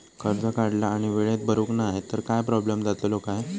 कर्ज काढला आणि वेळेत भरुक नाय तर काय प्रोब्लेम जातलो काय?